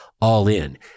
all-in